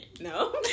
no